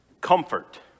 comfort